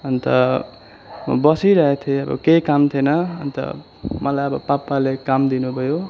अन्त म बसिरहेको थिएँ अब केही काम थिएन अन्त मलाई अब पापाले काम दिनुभयो